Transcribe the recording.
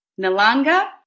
Nalanga